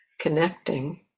connecting